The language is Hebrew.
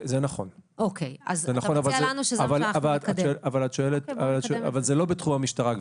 זה נכון, אבל זה לא בתחום המשטרה.